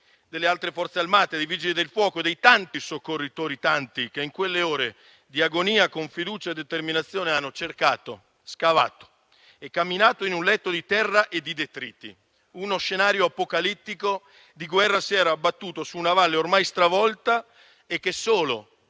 delle altre Forze armate, dei Vigili del fuoco, dei tanti soccorritori che in quelle ore di agonia, con fiducia e determinazione, hanno cercato, scavato e camminato in un letto di terra e di detriti. Uno scenario apocalittico di guerra si era battuto su una valle ormai stravolta e che solo